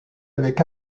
avec